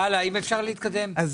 בבקשה, אם אפשר להתקדם.